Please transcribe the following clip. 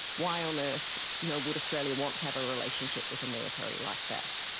why on earth, you know, would australia want to have a relationship with a military like that?